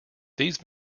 these